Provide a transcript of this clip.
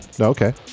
okay